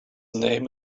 name